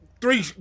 three